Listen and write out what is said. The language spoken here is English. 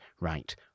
right